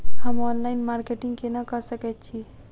हम online marketing केना कऽ सकैत छी?